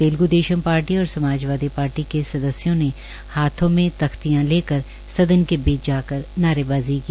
Telugu Desam party और Samajwadi party के सदस्य हाथों में तख्तीयां लेकर सदन के बीच जाकर नारे बाज़ी की